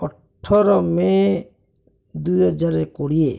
ଅଠର ମେ ଦୁଇ ହଜାରେ କୋଡ଼ିଏ